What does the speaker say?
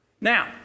Now